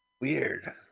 Weird